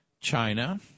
China